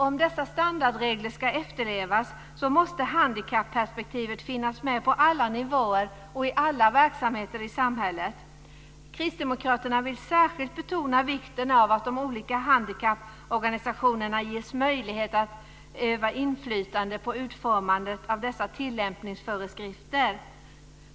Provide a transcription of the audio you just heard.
Om dessa standardregler ska kunna efterlevas måste handikapperspektivet finnas med på alla nivåer och i alla verksamheter i samhället. Kristdemokraterna vill särskilt betona vikten av att de olika handikapporganisationerna ges möjlighet att öva inflytande på utformandet av dessa tillämpningsföreskrifter.